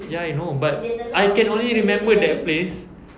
ya I know but I can only remember that place